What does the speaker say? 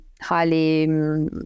highly